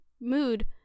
mood